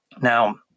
Now